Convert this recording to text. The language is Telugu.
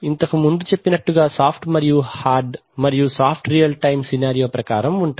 ఇంతకు ముందు చెప్పినట్లు సాఫ్ట్ హార్డ్ మరియు సాఫ్ట్ రియల్ టైం సినారియో ప్రకారం ఉంటాయి